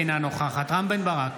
אינה נוכחת רם בן ברק,